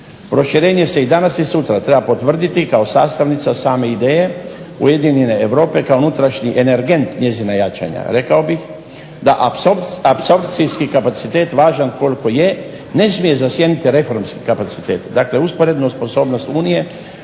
Proširenje se i danas i sutra treba potvrditi kao sastavnica same ideje ujedinjene Europe kao unutrašnji energent njezina jačanja, rekao bih da apsorpcijski kapacitet važan koliko je ne smije zasjeniti reformske kapacitete, dakle usporedno sposobnost unije,